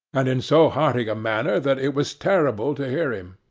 and in so hearty a manner that it was terrible to hear him.